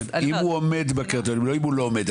בו --- אני שאלתי אם הוא עומד בקריטריונים לא אם הוא לא עומד.